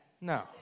No